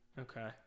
Okay